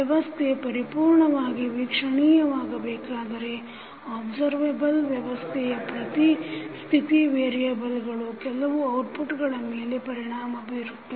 ವ್ಯವಸ್ಥೆ ಪರಿಪೂರ್ಣವಾಗಿ ವೀಕ್ಷಣೀಯವಾಗಬೇಕಾದರೆ observable ವ್ಯವಸ್ಥೆಯ ಪ್ರತಿ ಸ್ಥಿತಿ ವೇರಿಯೆಬಲ್ಗಳು ಕೆಲವು ಔಟ್ಪುಟ್ಗಳ ಮೇಲೆ ಪರಿಣಾಮ ಬೀರುತ್ತವೆ